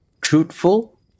truthful